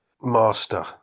master